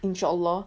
insyaallah